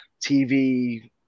TV